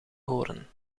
horen